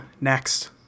Next